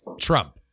Trump